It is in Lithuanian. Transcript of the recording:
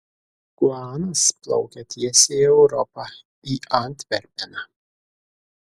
guanas plaukia tiesiai į europą į antverpeną